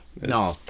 no